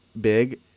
big